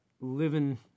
living